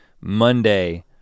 Monday